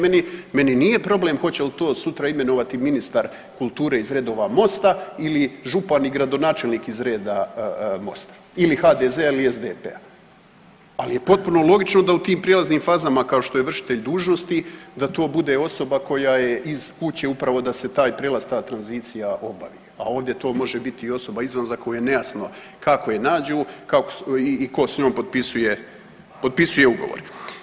Meni nije problem hoće li to sutra imenovati ministar kulture iz redova MOST-a ili župan i gradonačelnik iz reda MOST-a ili HDZ-a i SDP-a, ali je potpuno logično da u tim prijelaznim fazama kao što je vršitelj dužnosti, da to bude osoba koja je iz kuće, upravo da se taj prijelaz, ta tranzicija obavi, a ovdje to može biti i osoba izvan za koju je nejasno kako je nađu i tko s njom potpisuje ugovor.